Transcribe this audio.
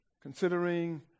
considering